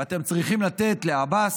ואתם צריכים לתת לעבאס,